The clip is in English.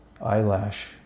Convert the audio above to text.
eyelash